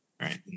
right